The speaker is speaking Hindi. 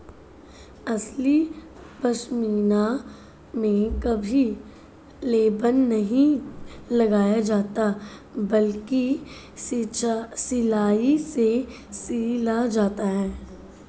असली पश्मीना में कभी लेबल नहीं लगाया जाता बल्कि सिलाई से सिला जाता है